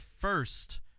first